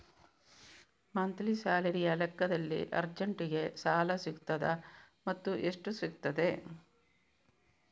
Monthly ಸ್ಯಾಲರಿಯ ಲೆಕ್ಕದಲ್ಲಿ ಅರ್ಜೆಂಟಿಗೆ ಸಾಲ ಸಿಗುತ್ತದಾ ಮತ್ತುಎಷ್ಟು ಸಿಗುತ್ತದೆ?